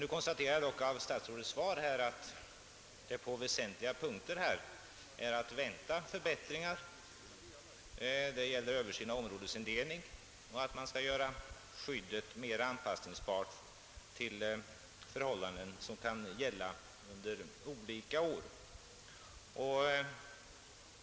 Jag konstaterar också av statsrådets svar att förbättringar är att vänta på väsentliga punkter, t.ex. när det gäller översyn av områdesindelningen, och att skyddet skall göras mera anpassningsbart till förhållandena under olika år.